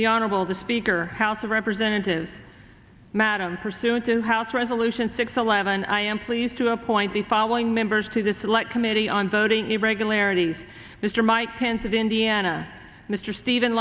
the honorable the speaker house of representatives madam pursuant to house resolution six eleven i am pleased to appoint the following members to the select committee on voting irregularities mr mike pence of indiana mr stephen